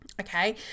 Okay